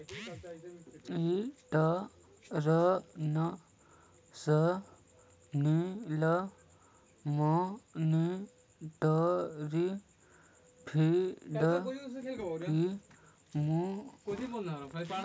international monetary fund के मुख्यालय Washington DC में हई